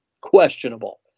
questionable